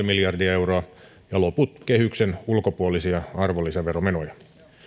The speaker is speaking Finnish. miljardia euroa ja loput kehyksen ulkopuolisia arvonlisäveromenoja